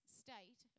state